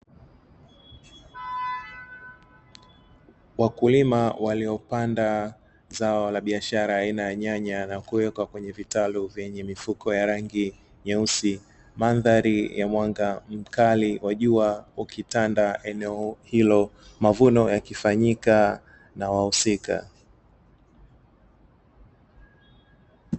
Wakulima waliopanda zao la biashara aina ya nyanya na kuwekwa kwenye vitalu vyenye mifuko ya rangi nyeusi. Mandhari ya mwanga mkali wa jua ukitanda eneo hilo mavuno yakifanyika na wahusika.